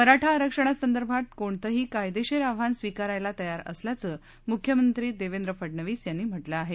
मराठा आरक्षणासंदर्भात कोणतंही कायदेशीर आव्हान स्वीकारायला तयार असल्याचं मुख्यमंत्री देवेंद्र फडनवीस यांनी म्हटलं आहे